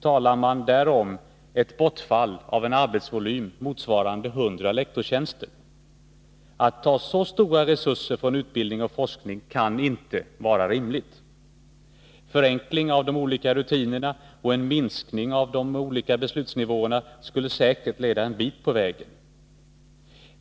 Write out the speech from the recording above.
talar man om ett bortfall av en arbetsvolym motsvarande 100 lektorstjänster. Att ta så stora resurser från utbildningen och forskningen kan inte vara rimligt. Förenkling av olika rutiner och en minskning av antalet beslutsnivåer skulle säkert leda en bit på vägen.